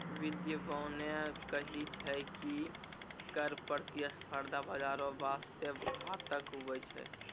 बिद्यबाने कही छै की कर प्रतिस्पर्धा बाजारो बासते घातक हुवै छै